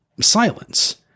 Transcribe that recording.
silence